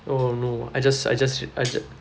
oh no I just I just wi~ I ju~